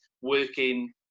working